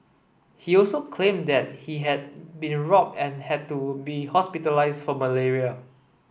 he also claimed that he had been robbed and had to be hospitalised for malaria